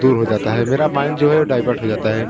दूर हो जाता है मेरा माइंड जो है डाइवर्ट हो जाता है